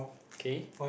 okay